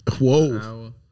Whoa